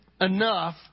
enough